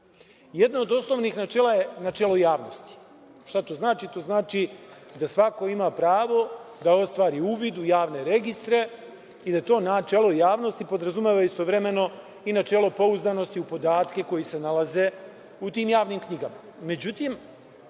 Jedno od osnovnih načela je načelo javnosti. Šta to znači? To znači da svako ima pravo da ostvari uvid u javne registre i da to načelo javnosti podrazumeva istovremeno i načelo pouzdanosti u podatke koji se nalaze u tim javnim knjigama.Međutim,